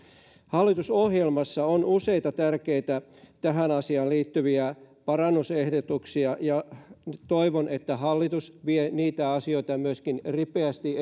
hallitusohjelmassa on useita tärkeitä tähän asiaan liittyviä parannusehdotuksia ja toivon että hallitus vie niitä asioita myöskin ripeästi